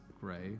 gray